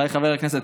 אדוני היושב-ראש.